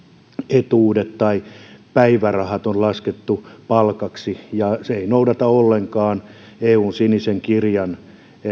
etuudet tai päivärahat on laskettu palkaksi ja se ei noudata ollenkaan eun sinisen kirjan